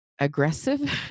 aggressive